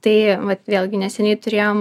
tai vat vėlgi neseniai turėjom